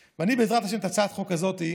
בעזרת השם, את הצעת החוק הזאת,